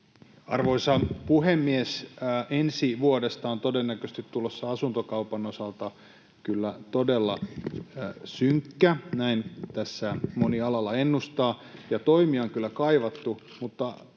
Arvoisa puhemies! Ensi vuodesta on todennäköisesti tulossa asuntokaupan osalta kyllä todella synkkä. Näin tässä moni alalla ennustaa, ja toimia on kyllä kaivattu.